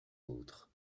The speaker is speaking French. autres